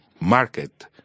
market